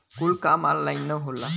कुल काम ऑन्लाइने होला